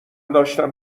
داشتم